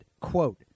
quote